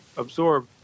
absorb